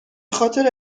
خاطر